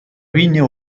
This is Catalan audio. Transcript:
vinya